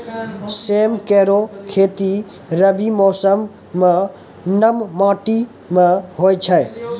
सेम केरो खेती रबी मौसम म नम माटी में होय छै